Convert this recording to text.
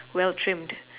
well trimmed